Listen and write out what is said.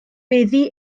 meddu